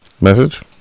Message